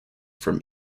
from